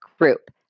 Group